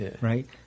right